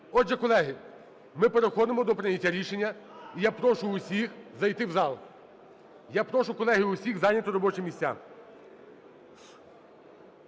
Отже, колеги, ми переходимо до прийняття рішення. І я прошу всіх зайти в зал. Я прошу, колеги, всіх зайняти робочі місця.